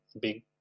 big